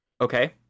Okay